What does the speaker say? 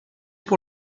pour